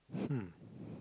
hmm